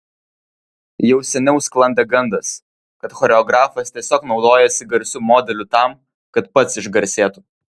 jau seniau sklandė gandas kad choreografas tiesiog naudojasi garsiu modeliu tam kad pats išgarsėtų